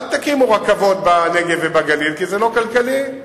אל תקימו רכבות בנגב ובגליל כי זה לא כלכלי.